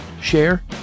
share